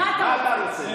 מה אתה רוצה?